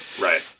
right